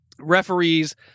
referees